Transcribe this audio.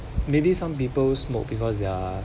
maybe some people smoke because they're